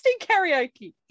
karaoke